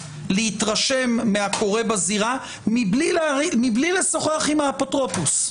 להתרשם מהקורה בזירה מבלי לשוחח עם האפוטרופוס,